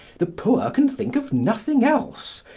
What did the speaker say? the poor can think of nothing else.